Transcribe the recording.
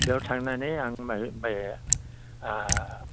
बेयाव थांनानै आं नायबाय